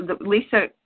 Lisa